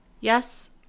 Yes